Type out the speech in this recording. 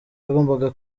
yagombaga